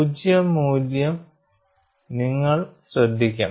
പൂജ്യ മൂല്യം നിങ്ങൾ ശ്രദ്ധിക്കണം